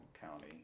county